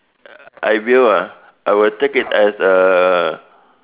I will ah I will take it as a